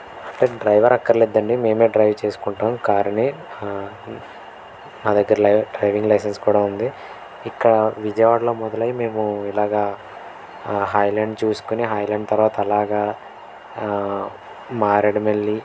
అంటే డ్రైవర్ అక్కర్లేద్దండి మేమే డ్రైవ్ చేసుకుంటాం కారుని నా దగ్గర డ్రైవింగ్ లైసెన్స్ కూడా ఉంది ఇక్కడ విజయవాడలో మొదలై మేము ఇలాగా హాయ్లాండ్ చూసుకుని హాయ్లాండ్ తర్వాత అలాగా మారేడుమెల్లి